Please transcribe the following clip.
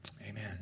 amen